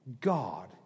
God